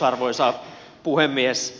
arvoisa puhemies